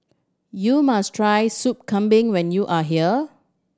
you must try Soup Kambing when you are here